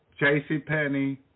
JCPenney